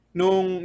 nung